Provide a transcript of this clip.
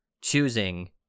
choosing